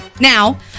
Now